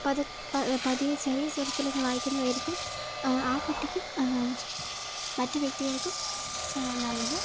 പതിയെ ചെറിയ സ്വരത്തില് തന്നെ വായിക്കുന്നതായിരിക്കും ആ കുട്ടിക്കും മറ്റ് വ്യക്തികൾക്കും നല്ലത്